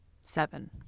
Seven